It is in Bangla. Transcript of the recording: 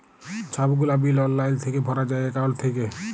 ছব গুলা বিল অললাইল থ্যাইকে ভরা যায় একাউল্ট থ্যাইকে